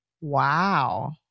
Wow